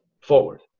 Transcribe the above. forward